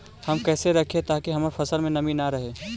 हम कैसे रखिये ताकी हमर फ़सल में नमी न रहै?